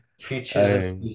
Future